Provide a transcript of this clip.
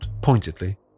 pointedly